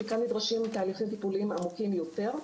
כי כאן נדרשים תהליכים טיפוליים ארוכים יותר.